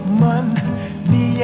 money